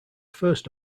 first